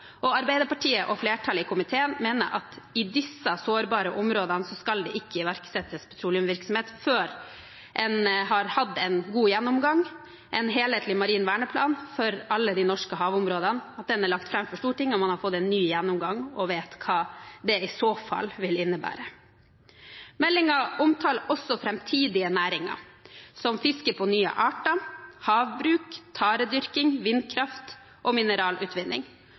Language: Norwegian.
Arbeiderpartiet og flertallet i komiteen mener at i disse sårbare områdene skal det ikke iverksettes petroleumsvirksomhet før en helhetlig marin verneplan for alle de norske havområdene er lagt fram for Stortinget og man har fått en ny gjennomgang og vet hva det i så fall vil innebære. Meldingen omtaler også framtidige næringer, som fiske på nye arter, havbruk, taredyrking, vindkraft og mineralutvinning.